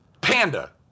Panda